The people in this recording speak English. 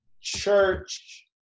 church